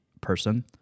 person